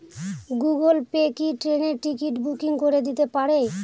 Google Pay কি ট্রেনের ticket booking করে দিতে পারে?